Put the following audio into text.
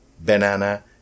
banana